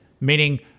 meaning